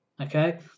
okay